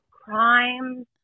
crimes